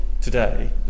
today